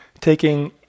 taking